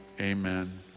amen